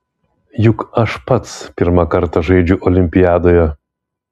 juk aš pats pirmą kartą žaidžiu olimpiadoje